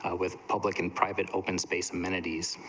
ah with public and private open space amenities